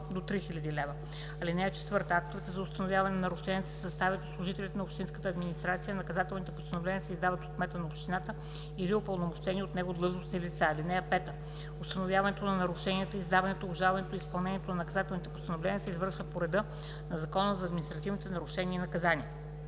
до 3000 лв. (4) Актовете за установяване на нарушенията се съставят от служителите на общинската администрация, а наказателните постановления се издават от кмета на общината или от упълномощени от него длъжностни лица. (5) Установяването на нарушенията, издаването, обжалването и изпълнението на наказателните постановления се извършват по реда на Закона за административните нарушения и наказания.“